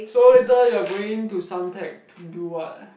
so later you are going to Suntec to do what